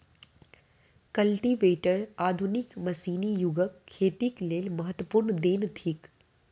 cultivator आधुनिक मशीनी युगक खेतीक लेल महत्वपूर्ण देन थिक